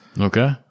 Okay